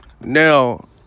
now